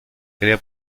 crea